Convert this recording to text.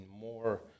more